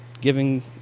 Giving